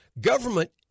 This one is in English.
government